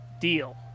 deal